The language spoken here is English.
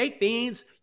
beans